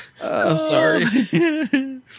Sorry